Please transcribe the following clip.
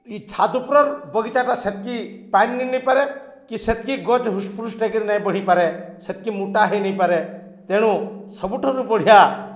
ଇ ଛାଦ୍ ଉପରର ବଗିଚାଟା ସେତ୍କି ପାଣି ନେଇ ନେଇପାରେ କି ସେତ୍କି ଗଛ୍ ହୁଷ୍ଟ୍ଫୁଷ୍ଟ ନେଇକରି ବଢ଼ିପାରେ ସେତ୍କି ମୁଟା ହେଇନପାରେ ତେଣୁ ସବୁଠାରୁ ବଢ଼ିଆ